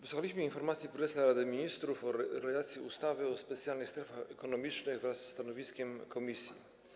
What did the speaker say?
Wysłuchaliśmy informacji prezesa Rady Ministrów o realizacji ustawy o specjalnych strefach ekonomicznych wraz ze stanowiskiem komisji.